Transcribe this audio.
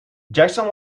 jackson